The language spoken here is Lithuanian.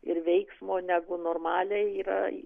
ir veiksmo negu normaliai yra